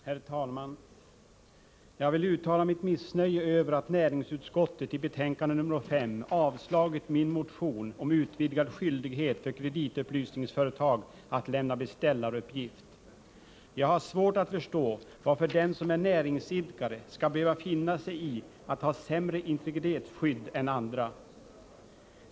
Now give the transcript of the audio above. Herr talman! Jag vill uttala mitt missnöje över att näringsutskottet i betänkandet nr 5 avstyrkt min motion om utvidgad skyldighet för kreditupplysningsföretag att lämna beställaruppgift. Jag har svårt att förstå varför den som är näringsidkare skall behöva finna sig i att ha sämre integritetsskydd än andra.